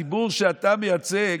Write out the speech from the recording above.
הרי הציבור שאתה מייצג